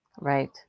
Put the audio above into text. Right